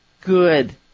Good